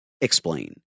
explain